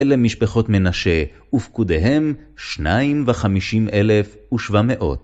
אלה משפחות מנשה, ופקודיהם 52,700.